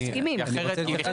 אני מסכימה איתך.